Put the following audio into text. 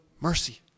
mercy